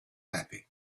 happy